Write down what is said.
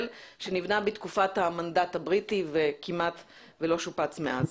שנבנה בתקופת המנדט הבריטי וכמעט לא שופץ מאז.